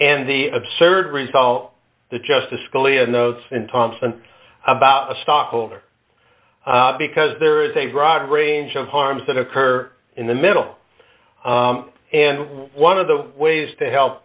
and the absurd result the justice scalia knows and thompson about a stockholder because there is a broad range of harms that occur in the middle and one of the ways to help